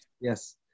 Yes